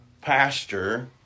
pastor